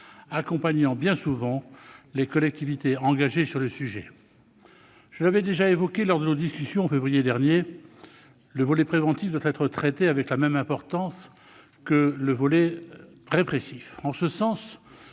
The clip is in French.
accompagnant bien souvent les collectivités engagées sur le sujet. Je l'avais déjà évoqué lors de nos discussions en février dernier, le volet préventif doit être traité avec la même importance que le volet répressif. En ce sens,